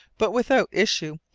but without issue,